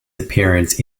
appearance